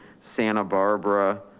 santa barbara,